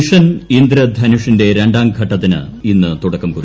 mission ഇന്ദ്രധനുഷിന്റെ രണ്ടാംഘട്ടത്തിന് ഇന്ന് തുടക്കമാകും